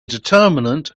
determinant